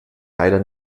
leider